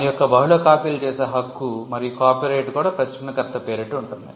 దాని యొక్క బహుళ కాపీలు చేసే హక్కు మరియు కాపీరైట్ కూడా ప్రచురణకర్త పేరిట ఉంటుంది